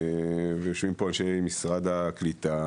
ויושבים פה משרד העלייה והקליטה,